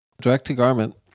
Direct-to-garment